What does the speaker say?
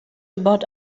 about